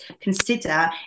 consider